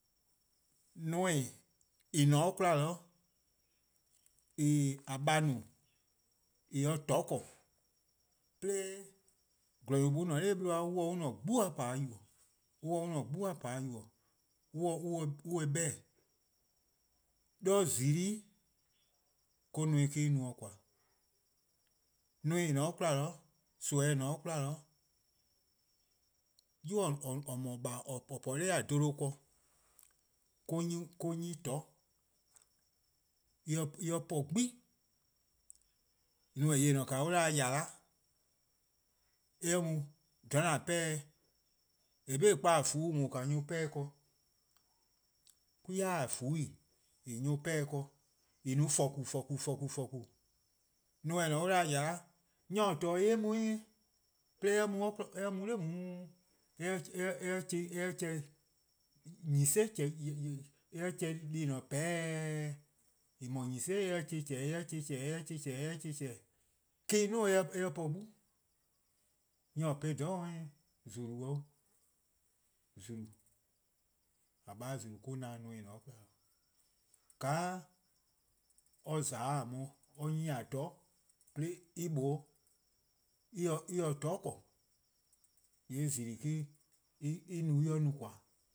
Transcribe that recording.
Neme: :en :ne-a 'de 'kwla :en :a :baa' no-a eh se-a 'toror' :korn, 'de :gwlor-nyor-duo :ne 'nor :gwlor or se :or-a'a: 'gbu-a po-a yubo:, on se an-a'a: 'gbu-a po-a yubo, on se-eh 'beh-dih:. 'De :zulu:+-' 'de neme-a no-dih :koan'. Neme: :en :ne-a 'de 'kwla, nimi :en :ne-a 'de 'kwla, :yu or :no-a :baa' :or po-a dha 'bluhba ken or-: 'nyi ih 'toror' 'de en po 'gbu+. Neme: :yeh :ne-a o an 'da-dih-a :yala' eh mu dha :an pa-a :eh :korn 'be kpa-a :fuu' :an 'pehn-a ken, 'kwi-w :fuu'+ :en nyor-a 'pehn-a ken, :en no-a :forku: :forku: :forku:, neme: an 'da-dih-a :yala', nyor :or :torne' dih-eh on-eh, 'de eh mu 'de eh chehn deh :en ne-a :pheheh: :en no-a :yele' 'de eh chehn :chehnehn: eh chehn :chehnehn: eh chehn :chehnehn:, me-: eh 'duo' eh po 'gbu, nyor :or po-eh :dhororn' or 'nyne :eh? :zulu: 'o, :zulu:, :a :baa' :zulu: 'o :or na-dih neme: :en :ne-a 'de 'kwla. :ka or :za 'de on 'de or 'nyi-a 'toror', 'de en mlor eh se-a 'toror' :korn :yee' :zulu: me-: en no en no :koan'.